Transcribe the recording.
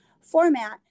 format